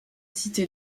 cité